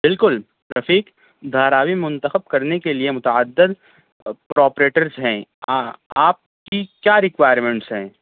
بالکل رفیق دھاراوی منتخب کرنے کے لیے متعدد پراپریٹرز ہیں ہاں آپ کی کیا رکوائرمینٹس ہیں